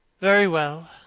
very well,